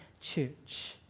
church